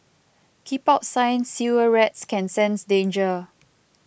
keep out sign Sewer rats can sense danger